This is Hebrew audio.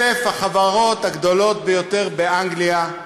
1,000 החברות הגדולות ביותר באנגליה,